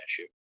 issue